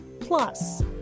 Plus